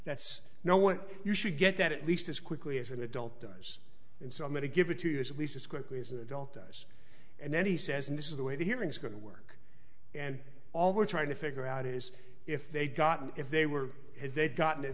that's no one you should get that at least as quickly as an adult does and so many give it to us at least as quickly as an adult us and then he says and this is the way the hearing is going to work and all we're trying to figure out is if they've gotten if they were if they'd gotten